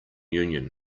union